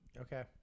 Okay